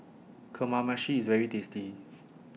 Kamameshi IS very tasty